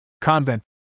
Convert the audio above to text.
convent